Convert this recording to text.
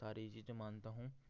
सारी चीज़ें मानता हूँ